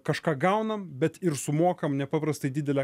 kažką gaunam bet ir sumokam nepaprastai didelę